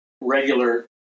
regular